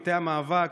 מטה המאבק,